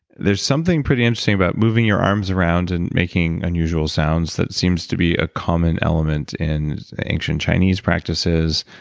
there's something pretty interesting about moving your arms around and making unusually sounds that seems to be a common element in ancient chinese practices,